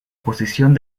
posición